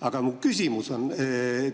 Aga mu küsimus on